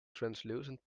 translucent